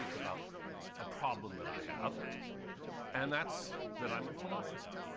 about a problem that i have and that's that i'm a philosopher.